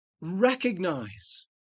recognize